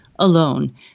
Alone